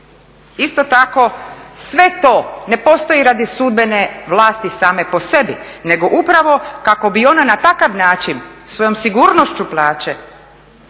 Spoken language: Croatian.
isto tako sve to ne postoji radi sudbene vlasti same po sebi, nego upravo kako bi ona na takav način svojom sigurnošću plaće,